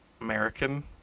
American